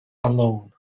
alone